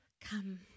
come